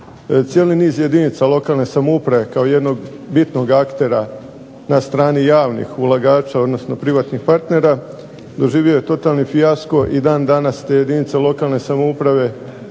cijeli niz jedinica lokalne samouprave kao jednog bitnog aktera na strani javnih ulagača odnosno privatnih partnera doživio je totalni fijasko i dan danas te jedinice lokalne samouprave